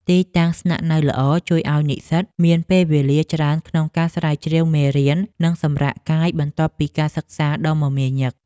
ទីតាំងស្នាក់នៅល្អជួយឱ្យសិស្សមានពេលវេលាច្រើនក្នុងការស្រាវជ្រាវមេរៀន និងសម្រាកកាយបន្ទាប់ពីការសិក្សាដ៏មមាញឹក។